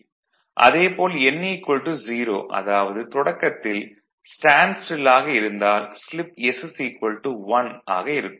அதே போல் n 0 அதாவது தொடக்கத்தில் ஸ்டேண்ட் ஸ்டில் ஆக இருந்தால் ஸ்லிப் s 1 ஆக இருக்கும்